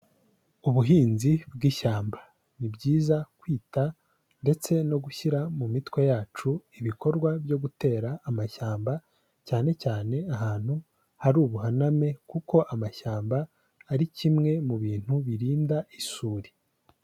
Ubuhinzi bw'ishyamba ni byiza kwita ndetse no gushyira mu mitwe yacu ibikorwa byo gutera amashyamba cyane cyane ahantu hari ubuhaname kuko amashyamba ari kimwe mu bintu birinda isuri.